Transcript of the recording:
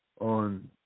on